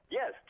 yes